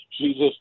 Jesus